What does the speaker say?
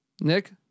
Nick